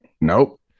Nope